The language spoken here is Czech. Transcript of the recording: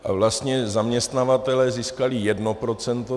A vlastně zaměstnavatelé získali jedno procento.